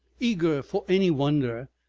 eager for any wonder,